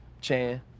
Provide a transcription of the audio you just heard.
Chan